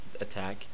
attack